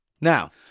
Now